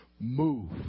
move